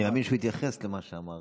אני מאמין שהוא התייחס למה שאמר